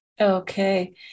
Okay